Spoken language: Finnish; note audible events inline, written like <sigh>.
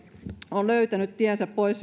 on löytänyt tiensä pois <unintelligible>